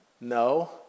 No